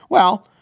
well,